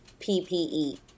PPE